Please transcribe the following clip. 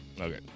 Okay